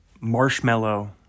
Marshmallow